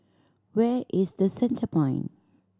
where is The Centrepoint